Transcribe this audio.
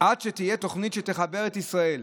עד שתהיה תוכנית שתחבר את ישראל